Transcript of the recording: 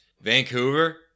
Vancouver